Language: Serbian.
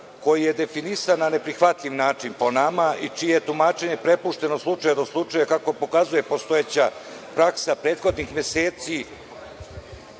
koji je definisan na neprihvatljiv način po nama, i čije je tumačenje prepušteno od slučaja do slučaja, kako pokazuje postojeća praksa prethodnih meseci,